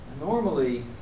Normally